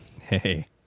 Hey